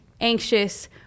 anxious